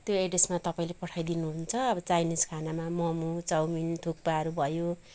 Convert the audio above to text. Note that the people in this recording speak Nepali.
त्यो एड्रेसमा तपाईँले पठाइदिनु हुन्छ अब चाइनिस खानामा मोमो चाउमिन थुक्पाहरू भयो